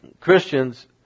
Christians